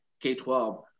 k-12